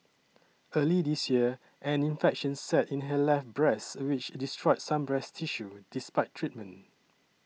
early this year an infection set in her left breast which destroyed some breast tissue despite treatment